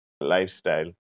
lifestyle